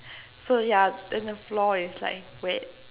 so ya then the floor is like wet